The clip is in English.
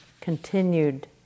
continued